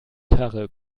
karre